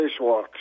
spacewalks